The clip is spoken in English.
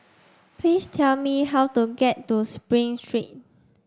please tell me how to get to Spring Street